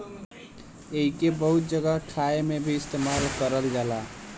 एइके बहुत जगह खाए मे भी इस्तेमाल करल जाला